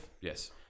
yes